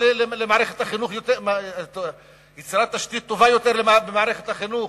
זה נושא של יצירת תשתית טובה יותר למערכת החינוך.